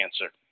cancer